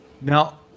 Now